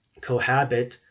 cohabit